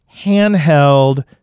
handheld